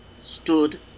stood